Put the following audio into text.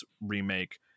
remake